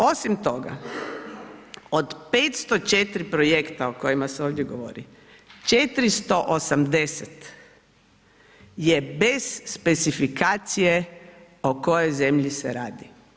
Osim toga, od 504 projekta o kojima se ovdje govori, 480 je bez specifikacije o kojoj zemlji se radi.